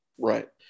Right